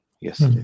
Yes